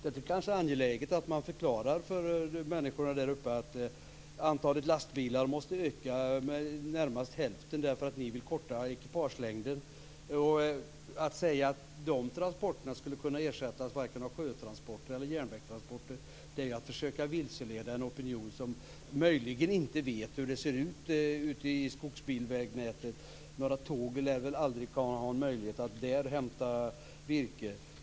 Det är kanske angeläget att man förklarar för människorna där att antalet lastbilar måste öka med närmast hälften därför att ni vill korta ekipagelängden. Att säga att de transporterna skulle kunna ersättas av sjötransporter eller järnvägstransporter är att försöka vilseleda en opinion som möjligen inte vet hur det ser ut i skogsbygdsvägnätet. Några tåg lär väl aldrig ha en möjlighet att hämta virke där.